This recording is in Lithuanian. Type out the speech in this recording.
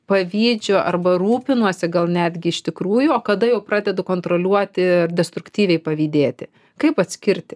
pavydžiu arba rūpinuosi gal netgi iš tikrųjų o kada jau pradedu kontroliuoti ir destruktyviai pavydėti kaip atskirti